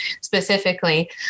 specifically